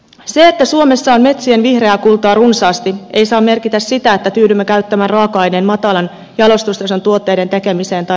se että suomessa on metsien vihreää kultaa runsaasti ei saa merkitä sitä että tyydymme käyttämään raaka aineen matalan jalostustason tuotteiden tekemiseen tai raakapuun vientiin